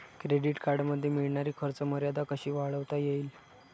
Credit कार्डमध्ये मिळणारी खर्च मर्यादा कशी वाढवता येईल?